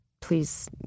please